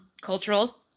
Cultural